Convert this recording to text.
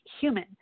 human